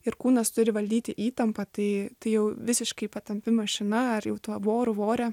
ir kūnas turi valdyti įtampą tai jau visiškai patampi mašina ar jau tuo voru vore